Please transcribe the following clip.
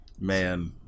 Man